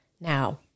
Now